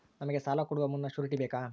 ನಮಗೆ ಸಾಲ ಕೊಡುವ ಮುನ್ನ ಶ್ಯೂರುಟಿ ಬೇಕಾ?